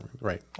Right